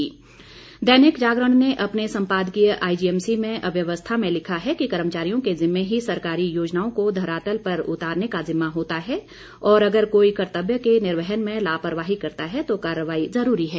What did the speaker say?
एक नज़र सम्पादकीय पन्ने पर दैनिक जागरण ने अपने सम्पादकीय आईजीएमसी में अव्यवस्था में लिखा है कि कर्मचारियों के जिम्मे ही सरकारी योजनाओं को धरातल पर उतारने का जिम्मा होता है और अगर कोई कर्तव्य के निर्वहन में लापरवाही करता है तो कार्रवाई जरूरी है